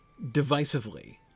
divisively